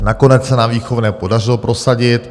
Nakonec se nám výchovné podařilo prosadit.